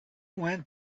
went